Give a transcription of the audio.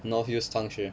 north use 汤匙